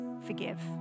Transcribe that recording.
forgive